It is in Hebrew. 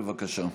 בבקשה.